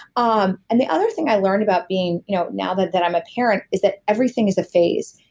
um and the other thing i learned about being you know now that that i'm a parent, is that everything is a phase.